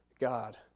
god